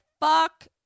fuck